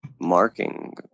marking